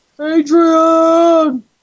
Adrian